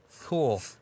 Cool